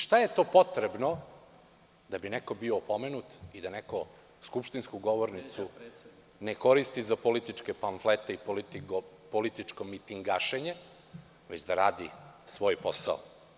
Šta je to potrebno da bi neko bio opomenut, i da neko skupštinsku govornicu ne koristi za političke pamflete i političko mitingašenje, već da radi svoj posao?